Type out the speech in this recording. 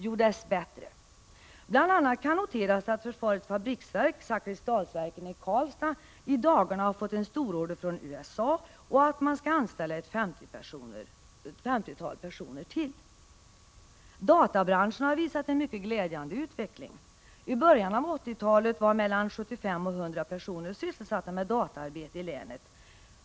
Jo, dess bättre! Det kan bl.a. noteras att Försvarets Fabriksverk — Zakrisdalsverken i Karlstad — i dagarna fått en stororder från USA och att man skall anställa ytterligare ett femtiotal personer. Databranschen har visat en mycket glädjande utveckling. I början av 1980-talet var mellan 75 och 100 personer sysselsatta med dataarbete i länet.